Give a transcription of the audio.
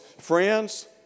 friends